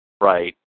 Right